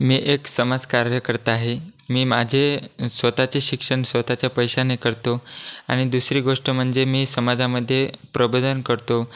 मी एक समाजकार्यकर्ता आहे मी माझे स्वतःचे शिक्षण स्वतःच्या पैशाने करतो आणि दुसरी गोष्ट म्हणजे मी समाजामध्ये प्रबोधन करतो